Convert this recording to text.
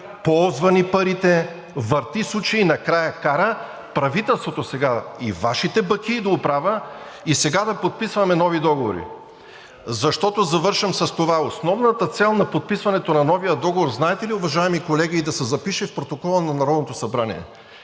ползва ни парите, върти, суче и накрая кара правителството сега и Вашите бакии да оправя, и сега да подписваме нови договори. Защото, завършвам с това, основната цел на подписването на новия договор знаете ли, уважаеми колеги – да се запише в протокола на Народното събрание